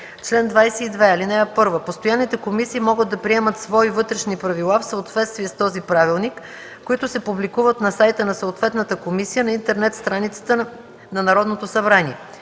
чл. 22: „Чл. 22. (1) Постоянните комисии могат да приемат свои вътрешни правила в съответствие с този правилник, които се публикуват на сайта на съответната комисия на интернет страницата на Народното събрание.